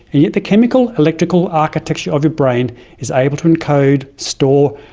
and yet the chemical electrical architecture of your brain is able to encode, store,